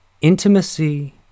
Intimacy